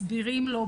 מסבירים לו,